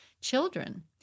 children